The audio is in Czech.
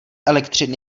elektřiny